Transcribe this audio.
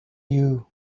you